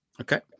Okay